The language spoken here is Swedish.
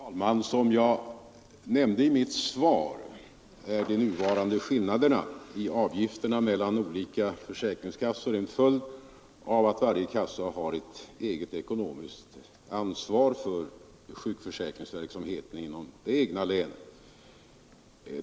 Herr talman! Som jag nämnde i mitt svar är de nuvarande skillnaderna i avgifterna mellan olika försäkringskassor en följd av att varje kassa har ekonomiskt ansvar för sjukförsäkringsverksamheten inom det egna länet.